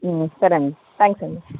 సరే అండి థ్యాంక్స్ అండి